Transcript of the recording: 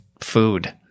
food